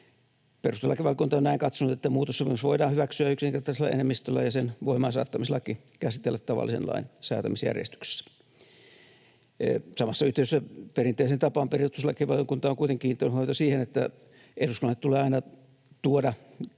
Perustuslakivaliokunta on näin katsonut, että muutossopimus voidaan hyväksyä yksinkertaisella enemmistöllä ja sen voimaansaattamislaki käsitellä tavallisen lain säätämisjärjestyksessä. Samassa yhteydessä perinteiseen tapaan perustuslakivaliokunta on kuitenkin kiinnittänyt huomiota siihen, että eduskunnalle tulee aina tuoda